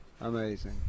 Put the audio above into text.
Amazing